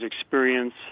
experience